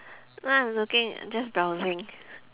now I'm looking just browsing